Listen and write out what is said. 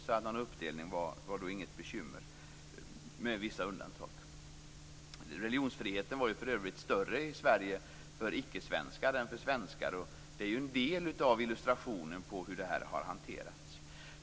Det fanns då inte något bekymmer med någon uppdelning, med vissa undantag. Religionsfriheten var ju för övrigt större i Sverige för icke-svenskar än för svenskar, och det är ju en del av illustrationen av hur detta har hanterats.